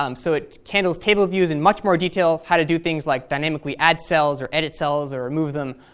um so it handles table views in much more detail, how to do things like dynamically add cells or edit cells or remove them.